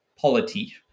polity